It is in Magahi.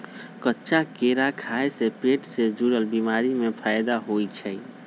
कच्चा केरा खाय से पेट से जुरल बीमारी में फायदा होई छई